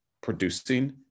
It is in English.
producing